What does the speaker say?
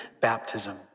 baptism